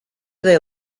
they